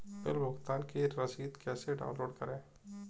Bill भुगतान की रसीद कैसे डाउनलोड करें?